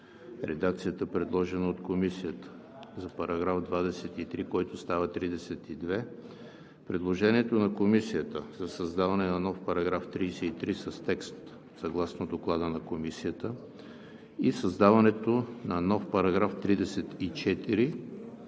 редакцията, предложена от Комисията за § 24, който става § 35; предложението на Комисията за създаване на нов § 33 с текст съгласно Доклада на Комисията; и създаването на нов § 34